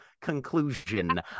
conclusion